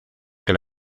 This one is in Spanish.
que